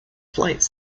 flights